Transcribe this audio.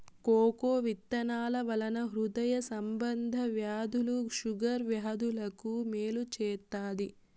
cocoa విత్తనాల వలన హృదయ సంబంధ వ్యాధులు షుగర్ వ్యాధులకు మేలు చేత్తాది